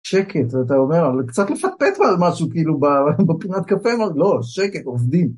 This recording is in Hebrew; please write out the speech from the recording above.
שקט, אתה אומר, קצת לפטפטו על משהו, כאילו, בפינת קפה, לא, שקט, עובדים.